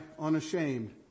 unashamed